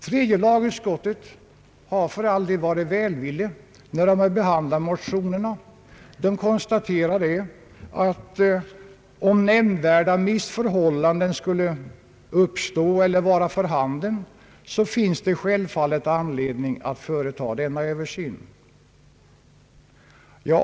Tredje lagutskottet har för all del varit välvilligt när det har behandlat motionerna. Utskottet konstaterar att det, om nämnvärda missförhållanden skulle uppstå eller vara för handen, självfallet finns anledning att företa denna översyn.